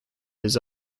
his